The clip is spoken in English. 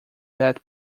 that